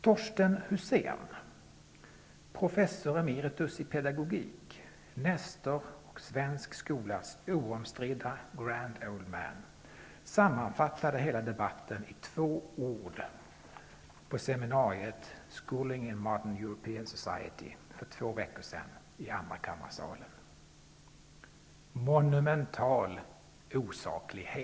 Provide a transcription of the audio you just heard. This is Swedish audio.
Torsten Husén, professor emeritus i pedagogik, nestor och svensk skolas oomstridde ''grand old man'', sammanfattade hela debatten i två ord på seminariet ''Schooling in Modern European monumental osaklighet.